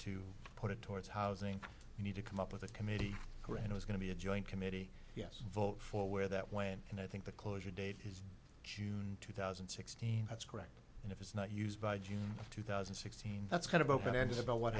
to put it towards housing we need to come up with a committee grant was going to be a joint committee yes vote for where that went and i think the closure date is june two thousand and sixteen that's correct and if it's not used by june of two thousand and sixteen that's kind of open ended about what